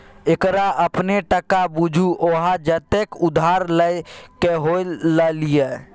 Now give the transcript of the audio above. एकरा अपने टका बुझु बौआ जतेक उधार लए क होए ल लिअ